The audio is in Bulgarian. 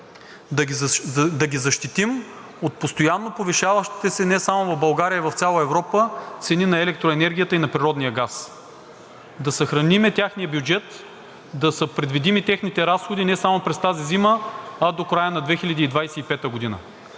да ги защитим от постоянно повишаващите се – не само в България, а и в цяла Европа цени на електроенергията и на природния газ, да съхраним техния бюджет, да са предвидими техните разходи не само през тази зима, а до края на 2025 г.